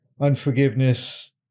unforgiveness